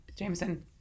Jameson